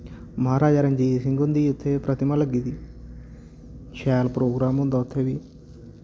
महाराजा रणजीत सिंह हुंदी उत्थै प्रतिमा लग्गी दी शैल प्रोग्राम होंदा उत्थै बी